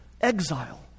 exile